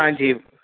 ہاں جی